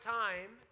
time